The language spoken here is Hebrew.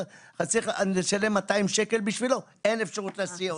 צריך לשלם 200 שקל בשבילו אין אפשרות בשבילו.